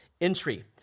entry